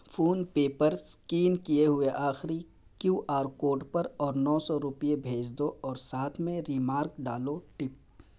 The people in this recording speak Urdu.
فون پے پر اسکین کیے ہوئے آخری کیو آر کوڈ پر اور نو سو روپئے بھیج دو اور ساتھ میں ریمارک ڈالو ٹپ